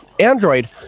Android